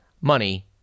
money